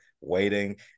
waiting